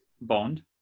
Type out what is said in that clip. Bond